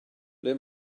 ble